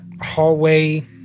hallway